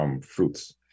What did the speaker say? fruits